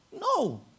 No